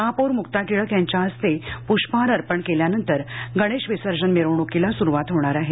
महापौर मुक्ता टिळक यांच्या हस्ते पुष्पहार अर्पण केल्यानंतर गणेश विसर्जन मिरवणुकीला सुरुवात होणार आहे